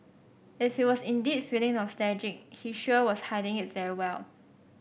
if he was indeed feeling nostalgic he sure was hiding it very well